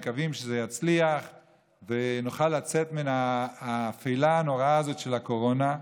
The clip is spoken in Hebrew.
אנחנו מקווים שזה יצליח ונוכל לצאת מן האפלה הנוראה הזאת של הקורונה.